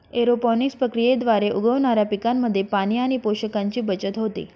aeroponics प्रक्रियेद्वारे उगवणाऱ्या पिकांमध्ये पाणी आणि पोषकांची बचत होते